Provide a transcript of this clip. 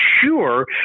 sure